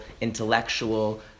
intellectual